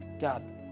God